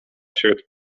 wśród